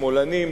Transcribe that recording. שמאלנים,